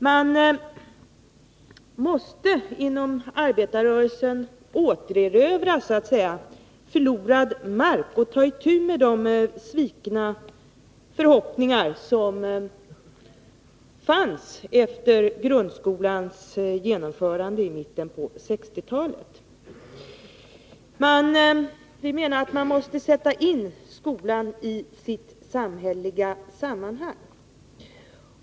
Man måste inom arbetarrörelsen så att säga återerövra förlorad mark och ta itu med de svikna förhoppningar som fanns efter grundskolans genomförande i mitten på 1960-talet. Vi menar att man måste sätta in skolan i sitt samhälleliga sammanhang.